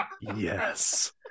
Yes